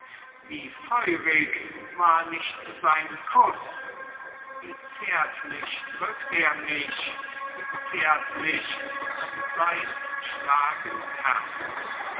wie feurig war nicht sein kuß wie zärtlich drückt er mich wie zärtlich an sein schlagend herz